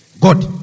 God